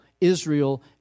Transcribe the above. Israel